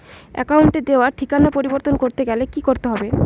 অ্যাকাউন্টে দেওয়া ঠিকানা পরিবর্তন করতে গেলে কি করতে হবে?